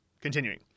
continuing